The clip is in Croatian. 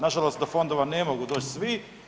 Na žalost do fondova ne mogu doći svi.